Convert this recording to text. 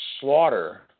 slaughter